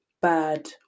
bad